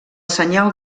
senyal